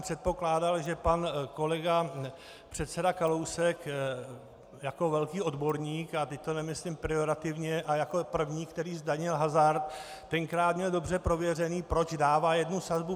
Předpokládal jsem, že pan kolega předseda Kalousek jako velký odborník, a teď to nemyslím pejorativně, a jako první, který zdanil hazard, tenkrát měl dobře prověřené, proč dává jednu sazbu.